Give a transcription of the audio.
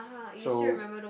so